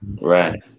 Right